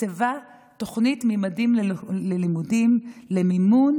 תקצבה את התוכנית ממדים ללימודים למימון